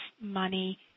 money